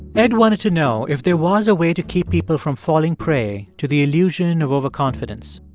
ed wanted to know if there was a way to keep people from falling prey to the illusion of overconfidence.